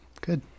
Good